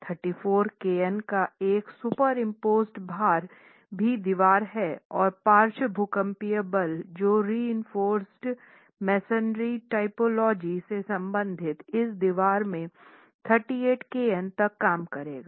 32 kN का एक superimposed भार भी दीवार हैं और पार्श्व भूकंपीय बल जो रिइनफ़ोर्स मेसनरी टाइपोलॉजी से संबंधित इस दीवार में 38 kN तक काम करेगा